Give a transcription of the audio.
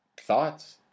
thoughts